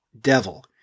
Devil